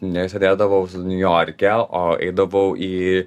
ne sėdėdavau niujorke o eidavau į